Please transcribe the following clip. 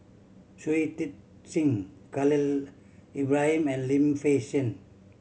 Shui Tit Sing Khalil Ibrahim and Lim Fei Shen